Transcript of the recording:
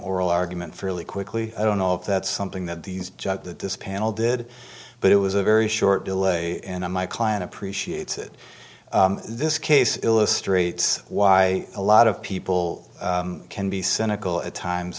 oral argument fairly quickly i don't know if that's something that these judge this panel did but it was a very short delay in my client appreciates it this case illustrates why a lot of people can be cynical at times